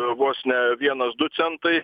vos ne vienas du centai